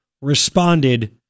responded